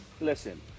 listen